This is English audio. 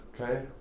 okay